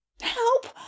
Help